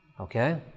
okay